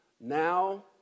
now